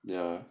ya